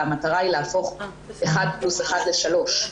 המטרה היא להפוך אחד פלוס אחד לשלוש.